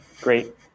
great